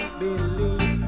believe